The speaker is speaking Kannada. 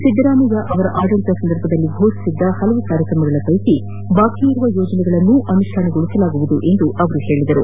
ಸಿದ್ದರಾಮಯ್ಯ ಅವರ ಆಡಳತ ಸಂದರ್ಭದಲ್ಲಿ ಫೋಷಿಸಿದ್ದ ಹಲವು ಕಾರ್ಯಕ್ರಮಗಳ ಪೈಕಿ ಬಾಕಿ ಇರುವ ಯೋಜನೆಗಳನ್ನೂ ಅನುಷ್ಟಾನಗೊಳಿಸಲಾಗುವುದು ಎಂದು ಅವರು ಹೇಳಿದರು